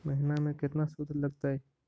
महिना में केतना शुद्ध लगतै?